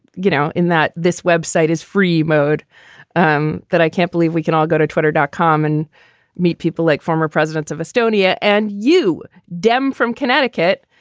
you know, in that this web site is free mode um that i can't believe we can all go to twitter dot com and meet people like former presidents of estonia and you dem from connecticut,